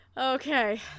Okay